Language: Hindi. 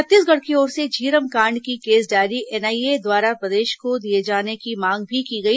छत्तीसगढ़ की ओर से झीरम कांड की केस डायरी एनआईए द्वारा प्रदेश को दिए जाने की मांग भी की गई